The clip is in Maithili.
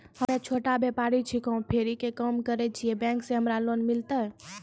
हम्मे छोटा व्यपारी छिकौं, फेरी के काम करे छियै, बैंक से हमरा लोन मिलतै?